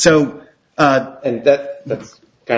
so that that's kind